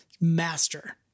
master